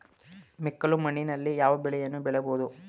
ಮೆಕ್ಕಲು ಮಣ್ಣಿನಲ್ಲಿ ಯಾವ ಬೆಳೆಯನ್ನು ಬೆಳೆಯಬಹುದು?